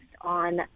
on